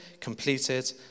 completed